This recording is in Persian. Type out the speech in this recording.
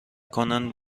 کنند